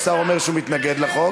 לא יאומן, השר אומר שהוא מתנגד לחוק.